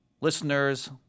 Listeners